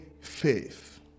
faith